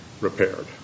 repaired